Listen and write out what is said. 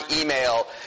email